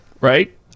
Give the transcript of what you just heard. right